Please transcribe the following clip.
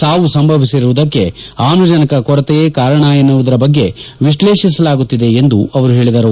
ಸಾವು ಸಂಭವಿಸಿರುವುದಕ್ಕೆ ಆಮ್ಲಜನಕ ಕೊರತೆ ಕಾರಣವೇ ಎನ್ನುವುದರ ಬಗ್ಗೆ ವಿಶ್ಲೇಷಿಸಲಾಗುತ್ತಿದೆ ಎಂದು ಹೇಳಿದರು